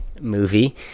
movie